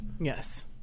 Yes